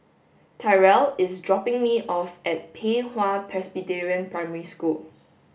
Tyrell is dropping me off at Pei Hwa Presbyterian Primary School